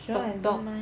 talk talk